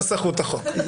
נסחות החוק.